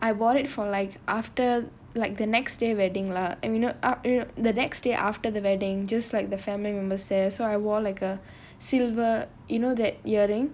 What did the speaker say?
I wore it for like after like the next day wedding lah and you know ah the next day after the wedding just like the family members there so I wore like a silver you know that earring